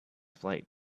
flight